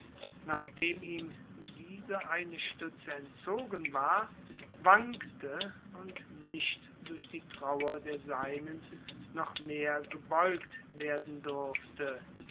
nachdem ihm diese eine stütze entzogen war wankte und nicht durch die trauer der seinen noch mehr gebeugt werden durfte